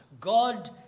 God